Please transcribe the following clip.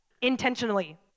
intentionally